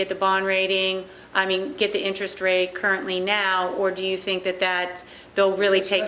get the bond rating i mean get the interest rate currently now or do you think that that will really take